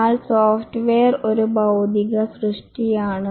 എന്നാൽ സോഫ്റ്റ്വെയർ ഒരു ബൌദ്ധിക സൃഷ്ടിയാണ്